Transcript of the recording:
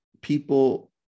people